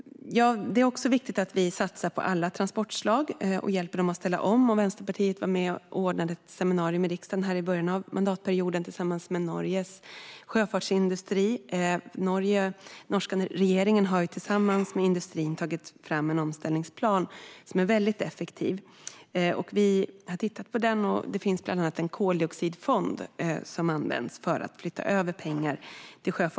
Det är också viktigt att vi satsar på alla transportslag och hjälper till att ställa om dem. Vänsterpartiet var med och ordnade ett seminarium här i riksdagen i början av mandatperioden tillsammans med Norges sjöfartsindustri. Den norska regeringen har tillsammans med industrin tagit fram en omställningsplan som är väldigt effektiv och som vi har tittat på. Den innehåller bland annat en koldioxidfond som används för att flytta över pengar till sjöfarten.